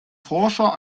forscher